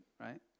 right